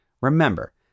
remember